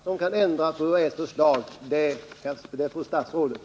Herr talman! Den enda som kan ändra på UHÄ:s förslag är fru statsrådet.